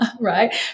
right